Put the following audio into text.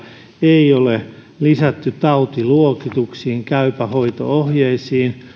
ei ole lisätty tautiluokituksiin käypä hoito ohjeisiin